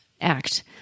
act